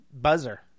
Buzzer